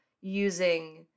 using